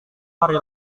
hari